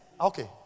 Okay